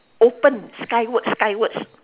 open skywards skywards